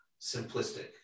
simplistic